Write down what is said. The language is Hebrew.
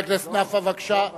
חבר הכנסת נפאע, בבקשה.